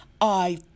I